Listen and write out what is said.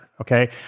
okay